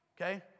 Okay